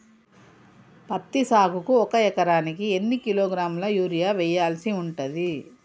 పత్తి సాగుకు ఒక ఎకరానికి ఎన్ని కిలోగ్రాముల యూరియా వెయ్యాల్సి ఉంటది?